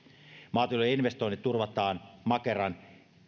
maatilojen investoinnit turvataan makeran eli